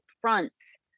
fronts